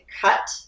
cut